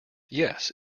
yes